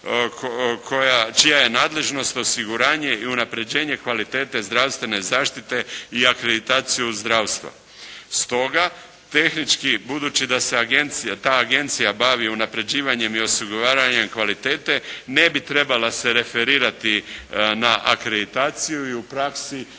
čija je nadležnost osiguranje i unapređenje kvalitete zdravstvene zaštite i akreditaciju u zdravstva. Stoga tehnički budući da se ta agencija bavi unapređivanjem i osiguravanjem kvalitete, ne bi trebala se referirati na akreditaciju i u praksi